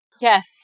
Yes